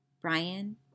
Brian